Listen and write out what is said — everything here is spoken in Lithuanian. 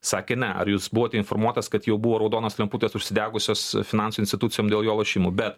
sakė ne ar jūs buvote informuotas kad jau buvo raudonos lemputės užsidegusios finansų institucijom dėl jo lošimų bet